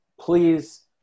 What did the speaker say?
Please